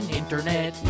internet